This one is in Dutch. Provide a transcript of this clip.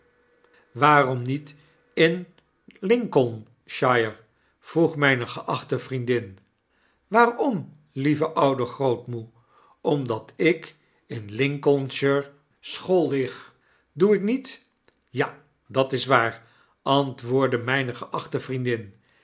waarom niet in lincolnshire vroeg mtjne geachte vriendin waarom lieveoude grootmoe omdatikin lincolnshire school lig doe ik niet ja dat is waar antwoordde mijne geachte vriendin